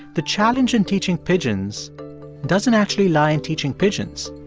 the challenge in teaching pigeons doesn't actually lie in teaching pigeons.